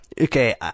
Okay